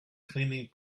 cleaning